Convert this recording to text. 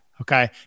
Okay